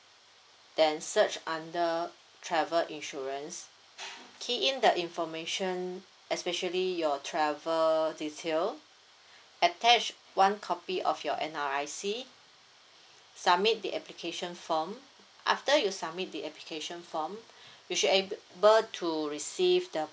then search under travel insurance key in the information especially your travel detail attached one copy of your N_R_I_C submit the application form after you submit the application form you should be able to receive the